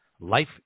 Life